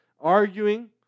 arguing